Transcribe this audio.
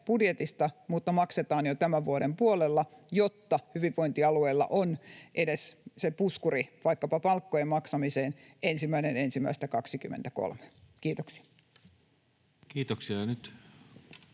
mutta maksetaan jo tämän vuoden puolella, jotta hyvinvointialueilla on edes se puskuri vaikkapa palkkojen maksamiseen 1.1.23. — Kiitoksia.